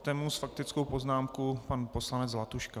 S faktickou poznámkou pan poslanec Zlatuška.